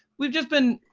we've just been